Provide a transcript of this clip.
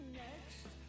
next